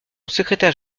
secrétaire